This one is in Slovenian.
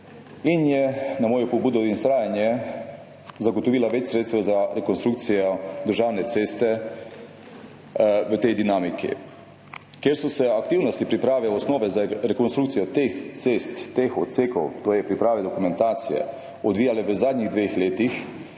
in je na mojo pobudo in vztrajanje zagotovil več sredstev za rekonstrukcijo državne ceste v tej dinamiki, kjer so se aktivnosti priprave osnove za rekonstrukcijo teh cest, teh odsekov, to je priprave dokumentacije, odvijale v zadnjih dveh letih.